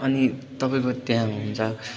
अनि तपाईँको त्यहाँ हुन्छ